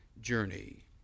journey